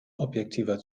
objektiver